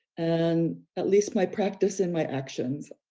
and at least my practice in my actions.